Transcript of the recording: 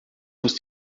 muss